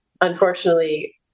Unfortunately